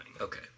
Okay